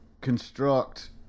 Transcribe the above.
construct